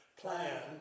plan